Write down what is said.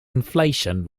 inflation